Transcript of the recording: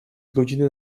godziny